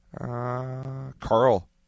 Carl